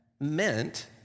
meant